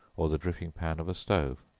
or the dripping-pan of a stove,